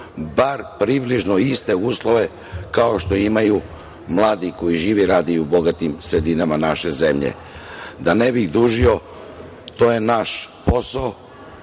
bar približno iste uslove kao što imaju mladi koji žive i rade u bogatijim sredinama naše zemlje. Da ne bih dužio, to je naš posao,